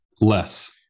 less